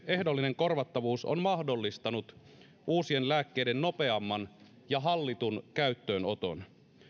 ehdollinen korvattavuus on mahdollistanut uusien lääkkeiden nopeamman ja hallitun käyttöönoton